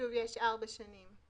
שוב, יש ארבע שנים.